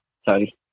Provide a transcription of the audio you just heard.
sorry